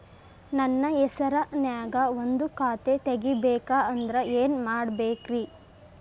ನನ್ನ ಹೆಸರನ್ಯಾಗ ಒಂದು ಖಾತೆ ತೆಗಿಬೇಕ ಅಂದ್ರ ಏನ್ ಮಾಡಬೇಕ್ರಿ?